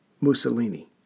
Mussolini